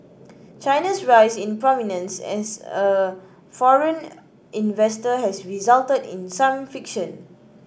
China's rise in prominence as a foreign investor has resulted in some friction